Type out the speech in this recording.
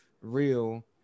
real